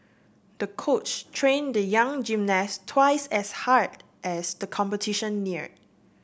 the coach trained the young gymnast twice as hard as the competition neared